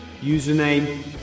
Username